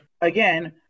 Again